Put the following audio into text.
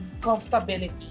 comfortability